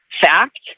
fact